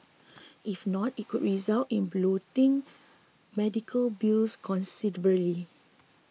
if not it could result in bloating medical bills